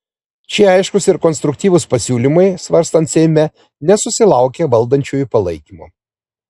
šie aiškūs ir konstruktyvūs pasiūlymai svarstant seime nesusilaukė valdančiųjų palaikymo